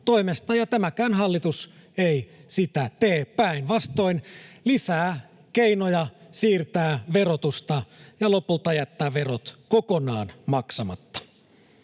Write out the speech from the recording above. ja tämäkään hallitus ei sitä tee. Päinvastoin se lisää keinoja siirtää verotusta ja lopulta jättää verot kokonaan maksamatta.